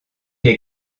est